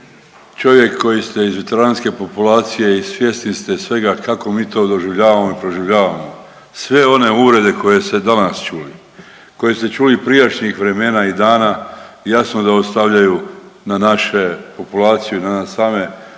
čovjek koji ste iz veteranske populacije i svjesni ste svega kako mi to doživljavamo i proživljavamo. Sve one uvrede koje ste danas čuli, koje ste čuli prijašnjih vremena i dana jasno da ostavljaju na naše populaciju i na nas same